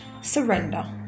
surrender